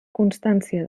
constància